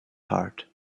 heart